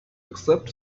accept